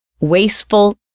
wasteful